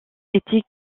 était